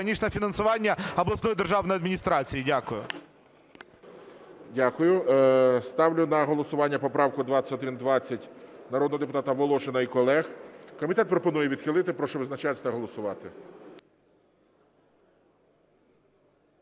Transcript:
аніж на фінансування обласної державної адміністрації. Дякую. ГОЛОВУЮЧИЙ. Дякую. Ставлю на голосування поправку 2120 народного депутата Волошина і колег. Комітет пропонує відхилити. Прошу визначатись та голосувати.